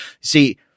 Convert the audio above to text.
See